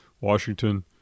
washington